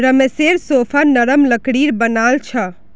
रमेशेर सोफा नरम लकड़ीर बनाल छ